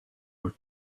were